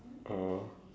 oh